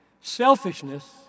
Selfishness